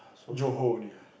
Johor only